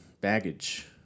baggage